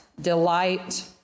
delight